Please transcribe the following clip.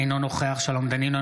אינו נוכח שלום דנינו,